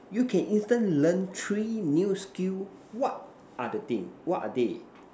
you can instant learn three new skills what are the thing what are they